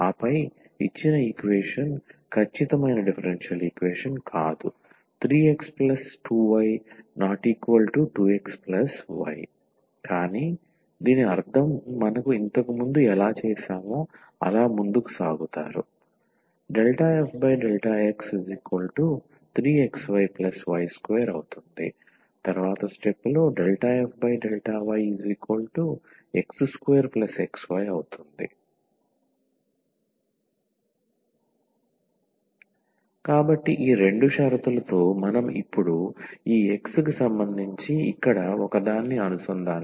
ఆపై ఇచ్చిన ఈక్వేషన్ ఖచ్చితమైన డిఫరెన్షియల్ ఈక్వేషన్ కాదు ⟹3x2y≠2xy కానీ దీని అర్థం మనం ఇంతకు ముందు ఎలా చేసామో అలా ముందుకు సాగుతారు ∂f∂x3xyy2 ∂f∂yx2xy కాబట్టి ఈ రెండు షరతులతో మనం ఇప్పుడు ఈ x కి సంబంధించి ఇక్కడ ఒకదాన్ని అనుసంధానిస్తాము